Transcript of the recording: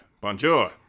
bonjour